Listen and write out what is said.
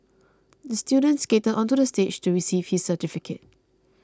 the student skated onto the stage to receive his certificate